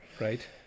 Right